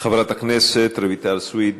חברת הכנסת רויטל סויד.